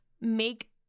make